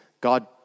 God